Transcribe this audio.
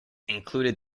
included